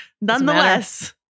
nonetheless